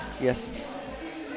Yes